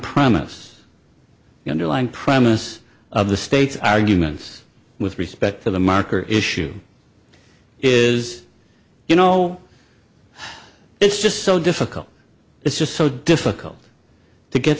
promise you're lying promise of the state's arguments with respect to the marker issue is you know it's just so difficult it's just so difficult to get